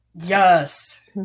Yes